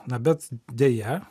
na bet deja